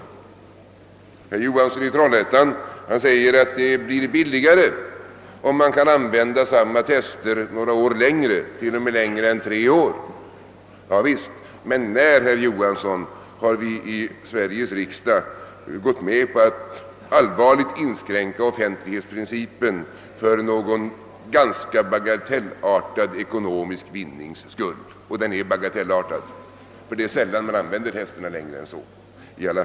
Herr Johansson i Trollhättan menar att det blir billigare om man kan använda samma test några år längre, t.o.m. längre än tre år. Javisst, men när, herr Johansson, har vi 1 Sveriges riksdag gått med på att allvarligt inskränka offentlighetsprincipen för någon ganska bagatellartad ekonomisk vinnings skull? Den är bagatellartad, ty det är sällan man använder ett test längre än tre år.